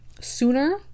sooner